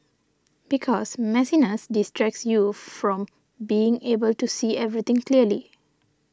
because messiness distracts you from being able to see everything clearly